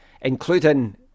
including